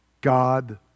God